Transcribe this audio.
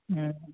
हॅं